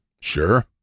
Sure